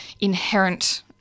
inherent